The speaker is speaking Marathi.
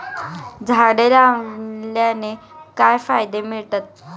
झाडे लावण्याने काय फायदे मिळतात?